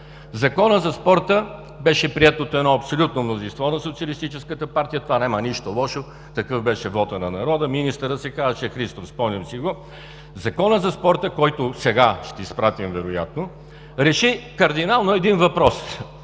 Законът за спорта беше приет от едно абсолютно мнозинство на Социалистическата партия. В това няма нищо лошо, такъв беше вотът на народа, министърът се казваше Христов, спомням си го. Законът за спорта, който сега ще изпратим вероятно, реши кардинално един въпрос.